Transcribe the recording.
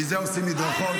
מזה עושים מדרכות.